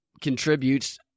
contributes